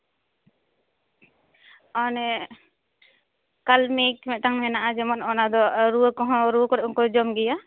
ᱟᱨ ᱚᱱᱮ ᱠᱟᱞᱢᱮᱜᱽ ᱢᱮᱫᱴᱟᱝ ᱢᱮᱱᱟᱜᱼᱟ ᱡᱮᱢᱚᱱ ᱚᱱᱟ ᱫᱚ ᱨᱩᱣᱟᱹ ᱠᱚᱦᱚᱸ ᱨᱩᱣᱟᱹ ᱠᱚᱨᱮ ᱦᱚᱸᱠᱚ ᱡᱚᱢ ᱜᱮᱭᱟ